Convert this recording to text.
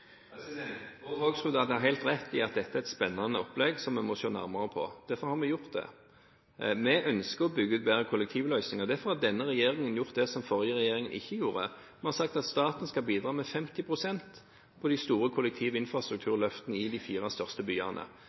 spennende opplegg som vi må se nærmere på – derfor har vi gjort det. Vi ønsker å bygge ut bedre kollektivløsninger, og derfor har denne regjeringen gjort det som den forrige regjeringen ikke gjorde: Vi har sagt at staten skal bidra med 50 pst. på de store kollektivinfrastrukturløftene i de fire største byene.